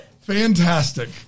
Fantastic